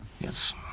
yes